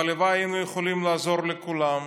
והלוואי שהיינו יכולים לעזור לכולם.